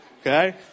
Okay